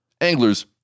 Anglers